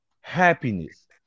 happiness